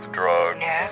drugs